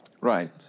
Right